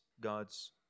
God's